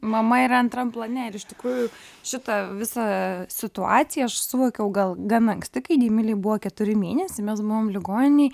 mama yra antram plane ir iš tikrųjų šitą visą situaciją aš suvokiau gal gan anksti kai deimilei buvo keturi mėnesiai mes buvom ligoninėj